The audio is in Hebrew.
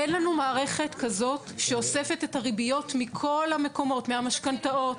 אין לנו מערכת כזאת שאוספת את הריביות מכל המקומות: ממשכנתאות,